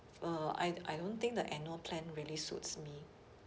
uh I I don't think the annual plan really suits me